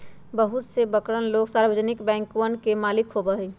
बहुते से बड़कन लोग सार्वजनिक बैंकवन के मालिक होबा हई